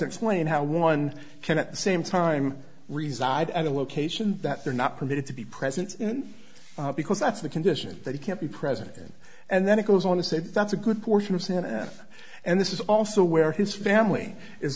explained how one can at the same time reside at a location that they're not permitted to be present because that's the condition that it can't be present in and then it goes on to say that's a good portion of santa and this is also where his family is